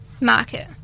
market